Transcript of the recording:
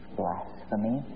blasphemy